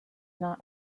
not